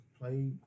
play